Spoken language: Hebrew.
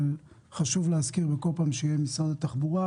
אבל חשוב להזכיר כל פעם שיהיה משרד התחבורה,